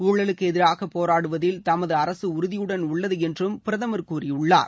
ஊழலுக்கு எதிராக போராடுவதில் தமது அரசு உறழியுடன் உள்ளது என்றும் பிரதமர் கூறியுள்ளார்